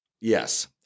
Yes